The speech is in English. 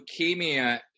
leukemia